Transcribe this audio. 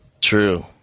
True